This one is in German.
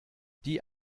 die